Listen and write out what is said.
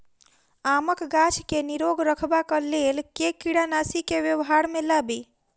आमक गाछ केँ निरोग रखबाक लेल केँ कीड़ानासी केँ व्यवहार मे लाबी?